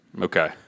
Okay